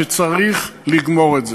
שצריך לגמור את זה.